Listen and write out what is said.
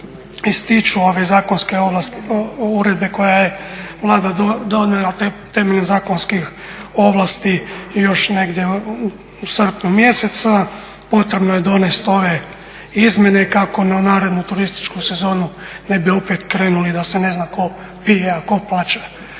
ističu ove zakonske uredbe koje je Vlada donijela temeljem zakonskih ovlasti još negdje u srpnju mjesecu potrebno je donijeti ove izmjene kako na narednu turističku sezonu ne bi opet krenuli da se ne zna tko pije, a tko plaća.